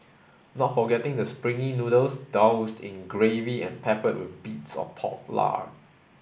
not forgetting the springy noodles doused in gravy and peppered with bits of pork lard